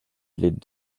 les